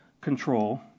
control